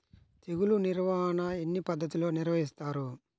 తెగులు నిర్వాహణ ఎన్ని పద్ధతుల్లో నిర్వహిస్తారు?